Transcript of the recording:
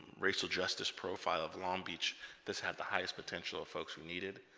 racial justice profile of long beach this had the highest potential of folks who needed